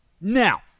Now